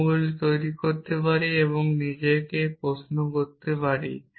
বাক্যগুলি তৈরি করতে পারি এবং আমি নিজেকে প্রশ্ন করতে পারি